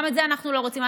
גם את זה אנחנו לא רוצים,